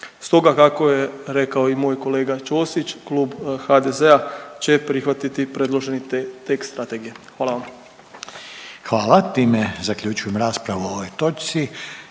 Stoga kako je rekao i moj kolega Ćosić klub HDZ-a će prihvatiti predloženi tekst strategije. Hvala vam. **Reiner, Željko (HDZ)** Hvala. Time zaključujem raspravu o ovoj točci